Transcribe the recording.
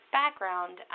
background